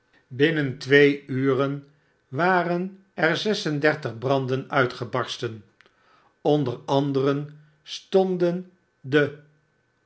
binnen twee uren waren er zes en dertig branden mtgebarsten onder anderen stonden de